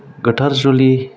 गोथार जुलि